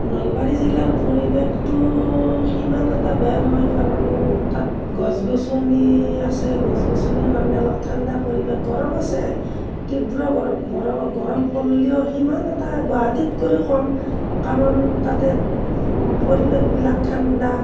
নলবাৰী জিলাৰ পৰিৱেশটো সিমান এটা বেয়া নহয় কাৰণ তাত গছ গছনি আছে গছ গছনিৰ কাৰণে অলপ ঠাণ্ডা পৰিৱেশ গৰম আছে তীব্ৰ গৰম গৰম পৰিলেও সিমান এটা গুৱাহাটীত কৰি কম কাৰণ তাতে পৰিৱেশবিলাক ঠাণ্ডা